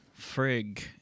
Frig